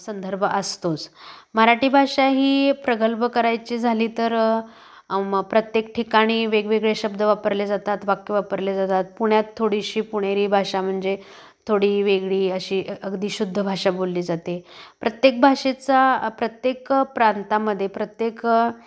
संदर्भ असतोच मराठी भाषा ही प्रग्लभ करायची झाली तर मग प्रत्येक ठिकाणी वेगवेगळे शब्द वापरले जातात वाक्य वापरली जातात पुण्यात थोडीशी पुणेरी भाषा म्हणजे थोडी वेगळी अशी अगदी शुद्ध भाषा बोलली जाते प्रत्येक भाषेचा प्रत्येक प्रांतामध्ये प्रत्येक